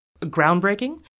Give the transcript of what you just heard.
groundbreaking